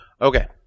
Okay